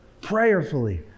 Prayerfully